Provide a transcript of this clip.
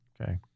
Okay